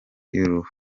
y’uruhu